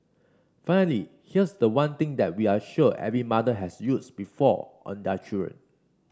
finally here's the one thing that we are sure every mother has used before on their children